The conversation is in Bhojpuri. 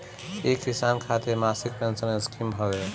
इ किसान खातिर मासिक पेंसन स्कीम हवे